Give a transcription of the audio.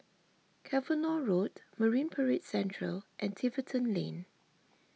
Cavenagh Road Marine Parade Central and Tiverton Lane